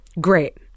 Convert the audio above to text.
Great